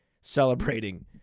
celebrating